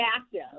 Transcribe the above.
active